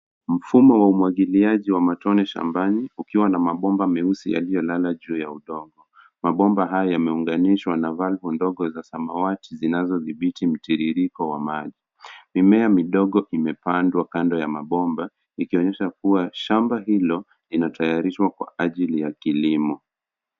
Mfumo wa umwagiliaji wa matone shambani ukiwa na mabomba meusi yaliyolala juu ya udongo. Mabomba haya yameunganishwa na valvu ndogo za samawati zinazothibiti mtiririko wa maji. Mimea midogo imepandwa kando ya mabomba, ikionyesha kuwa shamba hilo inatayarishwa kwa ajili ya kilimo.